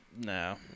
no